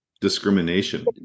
Discrimination